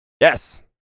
Yes